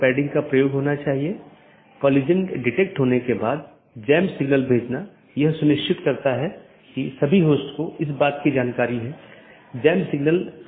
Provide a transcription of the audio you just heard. यदि इस संबंध को बनाने के दौरान AS में बड़ी संख्या में स्पीकर हैं और यदि यह गतिशील है तो इन कनेक्शनों को बनाना और तोड़ना एक बड़ी चुनौती है